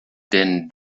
din